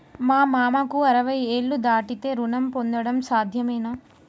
మా మామకు అరవై ఏళ్లు దాటితే రుణం పొందడం సాధ్యమేనా?